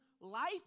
life